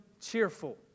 cheerful